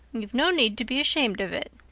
you've no need to be ashamed of it.